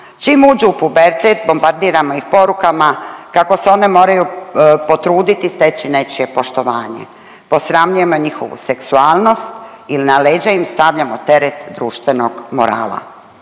Čim uđu u pubertet bombardiramo ih porukama kako se one moraju potruditi i steći nečije poštovanje, posramljujemo njihovu seksualnost ili na leđa im stavljamo teret društvenog morala.